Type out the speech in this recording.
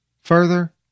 Further